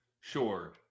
Sure